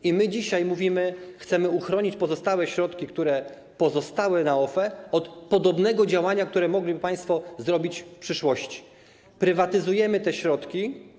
I my dzisiaj mówimy, że chcemy uchronić pozostałe środki, które pozostały w OFE, od podobnego działania, które mogliby państwo podjąć w przyszłości, prywatyzujemy te środki.